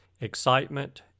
excitement